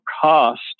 cost